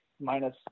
minus